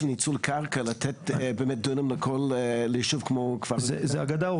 ניצול קרקע לתת באמת דונם לישוב כמו כפר אורנים.